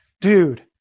dude